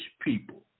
people